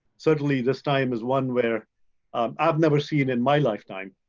certainly, this time is one where i've never seen in my lifetime.